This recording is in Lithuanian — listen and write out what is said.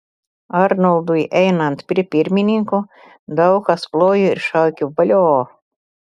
arnoldui einant prie pirmininko daug kas plojo ir šaukė valio